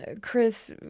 chris